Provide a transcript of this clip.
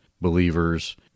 believers